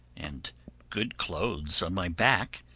and good clothes on my back,